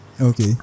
Okay